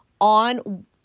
on